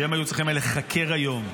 שהיו צריכים להיחקר היום,